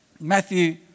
Matthew